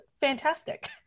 fantastic